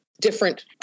different